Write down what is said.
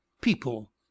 people